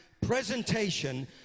presentation